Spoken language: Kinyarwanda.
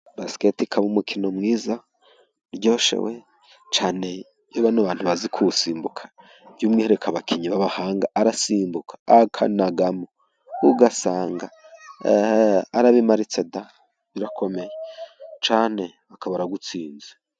Basketball ikaba umukino mwiza uryoheshye weeh cyane ,iyo bano bantu bazi kuwusimbuka, by'umwihariko abakinnyi b'abahanga arasimbuka ,akanagamo ugasanga arabimaritse. Birakomeye cyane akaba aragutsinze.